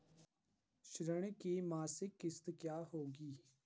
ऋण की मासिक किश्त क्या होगी?